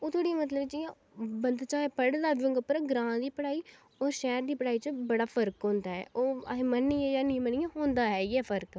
ओह् थोह्ड़ी मतलब जि'यां बंदा चाहे पढे़ दा बी होगा पर ग्रांऽ आह्ली पढ़ाई होर शैह्र दी पढ़ाई च बड़ा फर्क होंदा ऐ ओह् असें मन्नियै जां नेईं मन्नियै होंदा ऐ ई ऐ फर्क